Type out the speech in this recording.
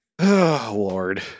Lord